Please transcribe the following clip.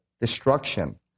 destruction